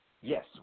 Yes